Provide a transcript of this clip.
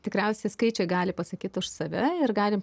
tikriausiai skaičiai gali pasakyt už save ir galim